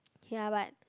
ya but